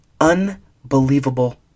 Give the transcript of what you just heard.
unbelievable